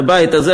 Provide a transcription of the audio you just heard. בבית הזה,